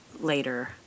later